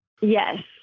Yes